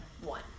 one